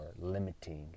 limiting